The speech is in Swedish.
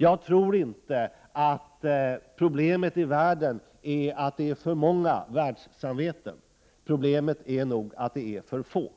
Jag tror inte att problemet i världen är att det är för många världssamveten. Problemet är nog att det är för få.